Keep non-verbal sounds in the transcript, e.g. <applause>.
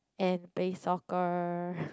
and play soccer <breath>